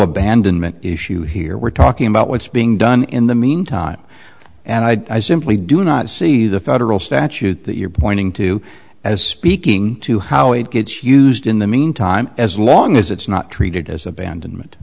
abandonment issue here we're talking about what's being done in the mean time and i simply do not see the federal statute that you're pointing to as speaking to how it gets used in the meantime as long as it's not treated as